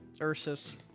Ursus